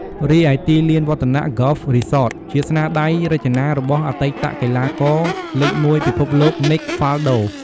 រីឯទីលាន Vattanac Golf Resort ជាស្នាដៃរចនារបស់អតីតកីឡាករលេខមួយពិភពលោក Nick Faldo។